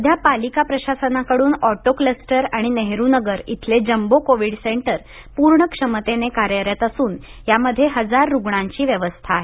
सध्या पालिका प्रशासनाकडुन ऑटो क्लस्टर आणि नेहरूनगर इथले जंबो कोविड सेंटर पूर्ण क्षमतेने कार्यरत असून यामध्ये हजार रुणांची व्यवस्था आहे